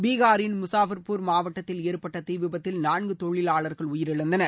பீகாரின் முஸாஃபர்பூர் மாவட்டத்தில் ஏற்பட்ட தீ விபத்தில் நான்கு தொழிலாளர்கள் உயிரிழந்தனர்